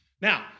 Now